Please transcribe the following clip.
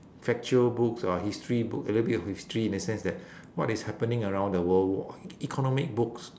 factual books ah history books a little bit of history in the sense that what is happening around the world economic books